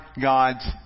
God's